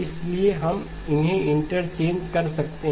इसलिए हम उन्हें इंटरचेंज नहीं कर सकते हैं